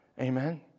Amen